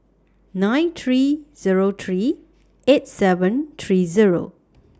nine three Zero three eight seven three Zero